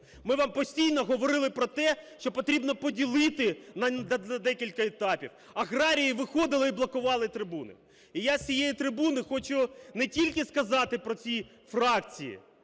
Ми вам постійно говорили про те, що потрібно поділити на декілька етапів. Аграрії виходили і блокували трибуни. І я з цієї трибуни хочу не тільки сказати про ці фракції,